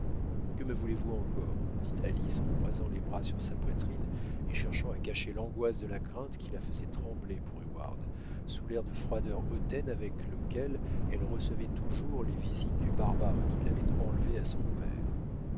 que me voulez-vous encore dit alice en croisant les bras sur sa poitrine et cherchant à cacher l'angoisse de la crainte qui la faisait trembler pour heyward sous l'air de froideur hautaine avec lequel elle recevait toujours les visites du barbare qui l'avait enlevée à son père